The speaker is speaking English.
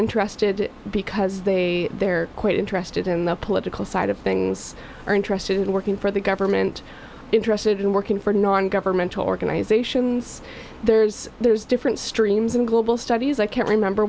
interested because they they're quite interested in the political side of things are interested in working for the government interested in working for non governmental organizations there's there's different streams and global studies i can't remember